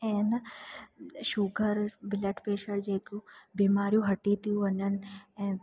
ऐं इन sugar blood pressure जेको बीमारियूं हटी थियूं वञनि ऐं